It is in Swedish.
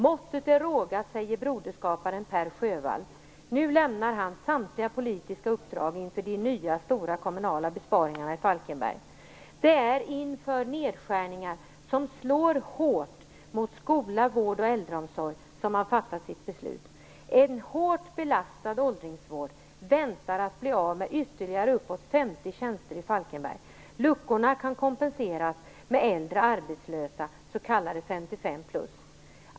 Måttet är rågat, säger broderskaparen Per Sjövall. Nu lämnar han samtliga politiska uppdrag inför de nya stora kommunala besparingarna i Falkenberg. Det är inför nedskärningar som slår mot skola, vård och äldreomsorg som han fattat sitt beslut. En hårt belastad åldringsvård väntar att bli av med ytterligare uppåt 50 tjänster i Falkenberg. Luckorna kan kompenseras med äldre arbetslösa, s k 55+.